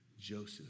Joseph